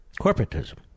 Corporatism